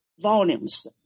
volumes